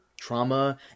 trauma